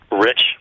Rich